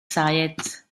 sarriette